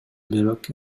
бирок